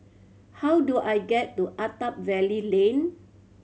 how do I get to Attap Valley Lane